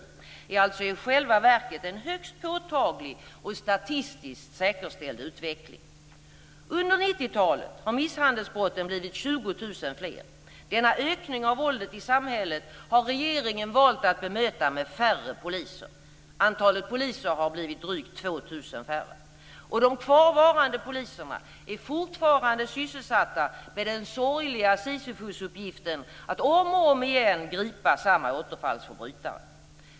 Det är alltså i själva verket en högst påtaglig och statistiskt säkerställd utveckling. Under 90-talet har misshandelsbrotten blivit 20 000 fler. Denna ökning av våldet i samhället har regeringen valt att bemöta med färre poliser. Antalet poliser har blivit drygt 2 000 färre. Och de kvarvarande poliserna är fortfarande sysselsatta med den sorgliga Sisufosuppgiften att om och om igen gripa samma återfallsförbrytare.